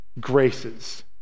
graces